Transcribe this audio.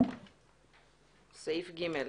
סעיף (ג),